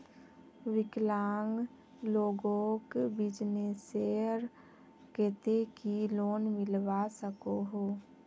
विकलांग लोगोक बिजनेसर केते की लोन मिलवा सकोहो?